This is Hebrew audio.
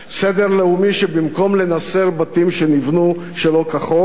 סדר לאומי שבמקום לנסר בתים שנבנו שלא כחוק,